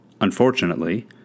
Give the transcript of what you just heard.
Unfortunately